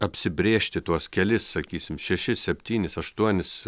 apsibrėžti tuos kelis sakysim šešis septynis aštuonis